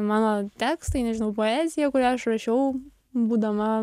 mano tekstai nežinau poezija kurią aš rašiau būdama